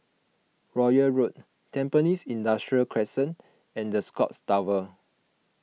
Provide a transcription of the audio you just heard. Royal Road Tampines Industrial Crescent and the Scotts Tower